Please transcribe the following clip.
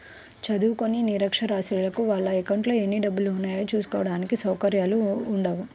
చదువుకోని నిరక్షరాస్యులకు వాళ్ళ అకౌంట్లలో ఎన్ని డబ్బులున్నాయో చూసుకోడానికి సౌకర్యాలు ఉండవు